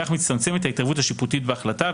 כך מצטמצמת ההתערבות השיפוטית בהחלטה,